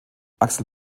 axel